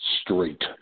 straight